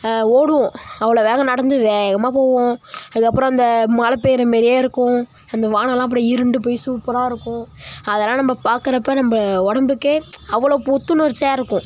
ஓடுவோம் அவ்வளோ வேகம் நடந்து வேகமாக போவோம் அதுக்கப்புறோம் அந்த மழை பெய்கிற மாரியே இருக்கும் அந்த வானெலாம் அப்டேயே இருண்டு போய் சூப்பராக இருக்கும் அதெலாம் நம்ப பார்க்கறப்ப நம்ப உடம்புக்கே அவ்வளோ புத்துணர்ச்சியாக இருக்கும்